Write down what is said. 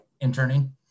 Interning